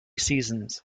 seasons